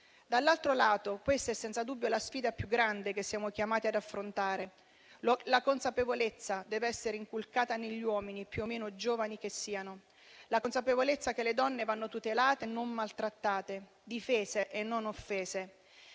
Dall'altro lato, questa è senza dubbio la sfida più grande che siamo chiamati ad affrontare. Una consapevolezza deve essere inculcata negli uomini, più o meno giovani che siano: la consapevolezza che le donne vanno tutelate e non maltrattate, difese e non offese,